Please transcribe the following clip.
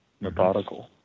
methodical